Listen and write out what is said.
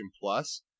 Plus